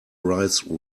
rise